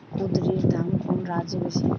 কুঁদরীর দাম কোন রাজ্যে বেশি?